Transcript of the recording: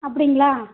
அப்படிங்களா